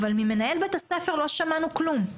אבל ממנהל בית הספר לא שמענו כלום.